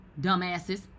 dumbasses